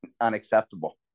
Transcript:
unacceptable